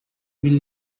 will